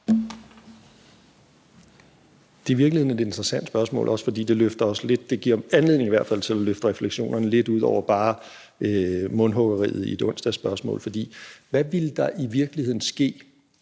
Det er i virkeligheden et interessant spørgsmål, også fordi det løfter eller i hvert fald giver anledning til at løfte refleksionerne lidt ud over bare et mundhuggeri i et onsdagsspørgsmål. For hvad ville der i virkeligheden ske,